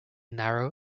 narrow